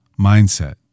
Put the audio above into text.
mindset